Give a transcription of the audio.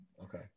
Okay